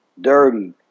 dirty